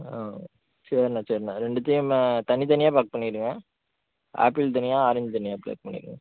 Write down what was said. ஆ சரிண்ணா சரிண்ணா ரெண்டுத்தையும் தனித்தனியாக பேக் பண்ணிடுங்க ஆப்பிள் தனியாக ஆரஞ்சு தனியாக பேக் பண்ணிடுங்க